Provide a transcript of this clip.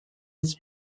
his